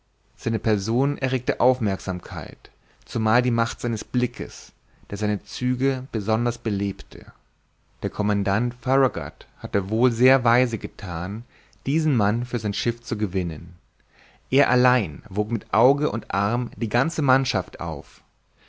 seine person erregte aufmerksamkeit zumal die macht seines blickes der seine züge besonders belebte der commandant farragut hatte wohl sehr weise gethan diesen mann für sein schiff zu gewinnen er allein wog mit auge und arm die ganze mannschaft auf